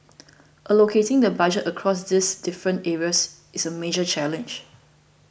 allocating the budget across these different areas is a major challenge